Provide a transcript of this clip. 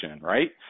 right